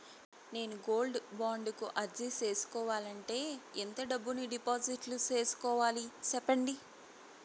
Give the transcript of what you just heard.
నేను gold bond కు అర్జీ సేసుకోవాలంటే ఎంత డబ్బును డిపాజిట్లు సేసుకోవాలి సెప్పండి